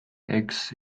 eks